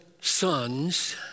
sons